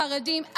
החרדים,